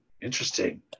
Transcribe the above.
Interesting